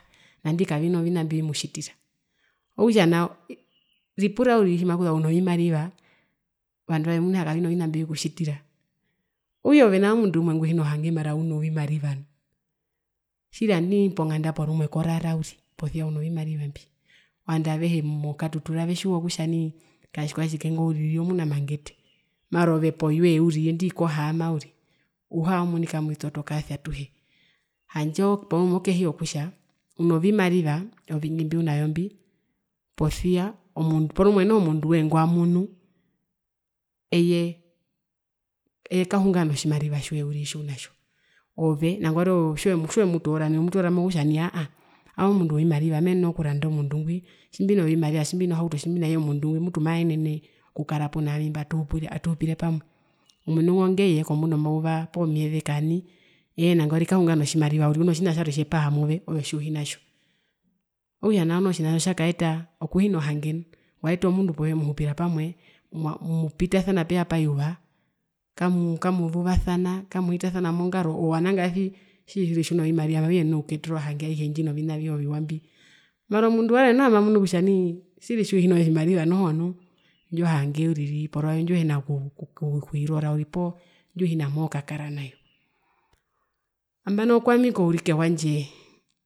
Naandi kavina tjina tjivimutjitira okutja nao ripura uriri tjimakuza unovimarivaa ovandu varwe vemuna kutja kavina tjina tjikutjitira okutja ove nao oove mundu umwe nguhina hange mara ngunda auno vimariva nu, tjiri nandae ponganda porumwe korara uriri posia uno vimariva mbi ovandu avehe mokatutura vetjiwa kutja nii katjikwatjike ngo uriri omuna mangete mara poyoye uriri nandii kohaama uriri uhaa momunika mwito tokaasi atuhe handje porumwe okehi yokutja uno vimariva ovingi mbiunavyo mbi posia porumwe noho munduwee ngwamunu eye eye kahunga notjimariva tjoye uriri tjiunatjo, ove nangwari ove tjiwee tjiwe mutoora nai womutoora mokutja nai aahaa owami omundu wovimariva meenene kuranda omundu ngwi tjimbino tjimariva omundu ngwi maenene okukara punaami mba atuhu atuhupire pamwe omundu ngo ngeye kombunda mauva poo myeze kaani eye nangwari kahunga notjimariva uriri uno tjina tjarwe tjepaha move ove tjiuhinatjo, okutja otjina nao noho tjakaeta tjakaeta okuhina hange nu waeta omundu poyoye muhupira pamwe mwa mupitasana peyapa yuva kamuu kamuzuvasana kamuhitasana mongaro ove wanagaasi tjiri tjiri tjiuno vimariva maviyenene okukuyeta ohange novina avihe oviwa mbi mara omundu warwe noho mamunu kutja nii tjiri tjiuhina tjimariva noho nu indjo hange uriri porwao ondjiuhina kwirora poo ndjiuhina mookakara nayo, ambano kwami kourike wandje.